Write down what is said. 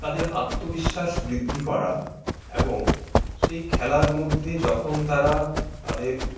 তাদের আত্মবিশ্বাস বৃদ্ধি করা এবং সেই খেলার মধ্যে যখন তারা তাদের